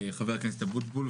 חבר הכנסת אבוטבול,